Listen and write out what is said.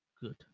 Good